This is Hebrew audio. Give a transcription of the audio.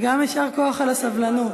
גם יישר כוח על הסבלנות.